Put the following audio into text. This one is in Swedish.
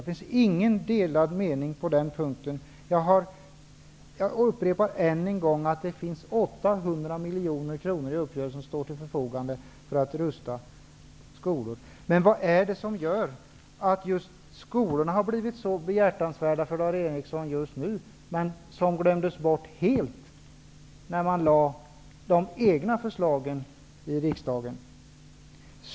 Det finns inga delade meningar på den punkten. Jag upprepar än en gång att det genom uppgörelsen finns 800 miljoner som står till förfogande för upprustning av skolor. Men vad är det som gör att just skolorna har blivit så behjärtansvärda för Dan Eriksson? De glömdes ju bort helt när ni lade fram era egna förslag inför riksdagen. Herr talman!